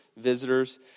Visitors